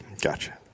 Gotcha